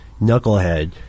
knucklehead